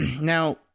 Now